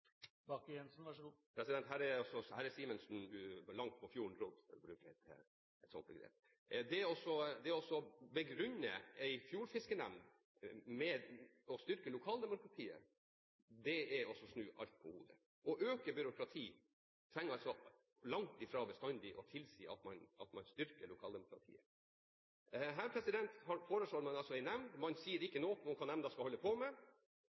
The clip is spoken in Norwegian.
Her har Simensen rodd langt ut på fjorden, for å bruke et sånt begrep. Det å begrunne en fjordfiskenemnd med at det styrker lokaldemokratiet, er å snu alt på hodet. Å øke byråkratiet trenger langt fra bestandig å tilsi at man styrker lokaldemokratiet. Her foreslår man altså en nemnd. Man sier ikke noe om hva nemnden skal holde på med.